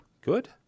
Good